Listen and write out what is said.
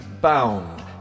bound